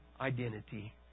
identity